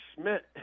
Schmidt